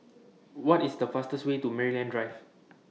What IS The fastest Way to Maryland Drive